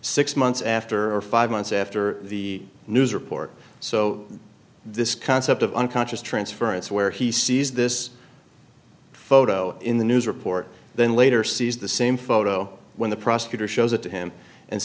six months after or five months after the news report so this concept of unconscious transference where he sees this photo in the news report then later sees the same photo when the prosecutor shows it to him and